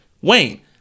Wayne